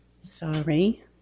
sorry